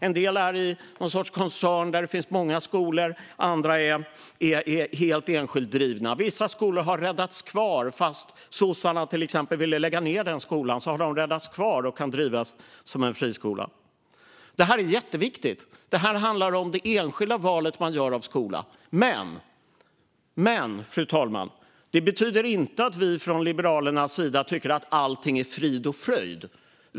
En del ingår i någon sorts koncern där det finns många skolor, andra är helt enskilt drivna. Vissa skolor har räddats kvar fastän till exempel sossarna ville lägga ned dem. Då har de kunnat räddas kvar och drivs som friskolor. Det här är jätteviktigt. Det handlar om det enskilda valet av skola. Men, fru talman, detta betyder inte att vi från Liberalernas sida tycker att allting är frid och fröjd.